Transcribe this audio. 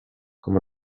como